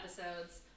episodes